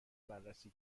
بررسی